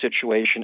situation